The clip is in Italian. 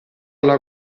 alla